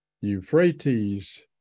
euphrates